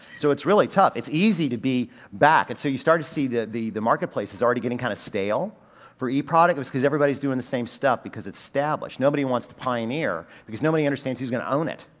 so it's really tough. it's easy to be back and so you start to see the the marketplace is already getting kind of stale for e products because everybody's doing the same stuff because it's established. nobody wants to pioneer because nobody understands who's gonna own it.